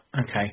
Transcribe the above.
Okay